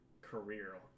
career